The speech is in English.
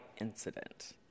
incident